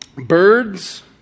Birds